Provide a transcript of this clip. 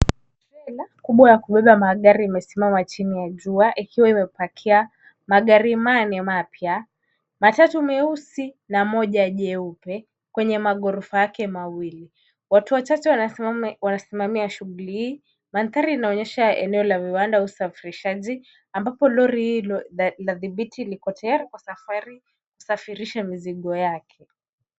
Trela kubwa ya kubeba magari imesimama chini ya jua ikiwa imepakia magari manne mapya. Matatu meusi na moja jeupe, kwenye maghorofa yake mawili. Watu wachache wanasimamia shughuli hii. Maandhari inaonyesha eneo la viwanda usafirishaji ambapo lori hilo ladhibiti liko tayari kwa safari, safirisha mizigo yake.